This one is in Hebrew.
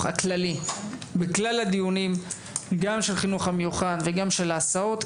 הכללי בכלל הדיונים גם של החינוך המיוחד וגם של ההסעות,